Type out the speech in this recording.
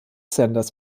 senders